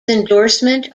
endorsement